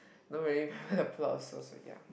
don't really remember the plots also ya